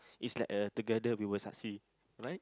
is like a together we will succeed right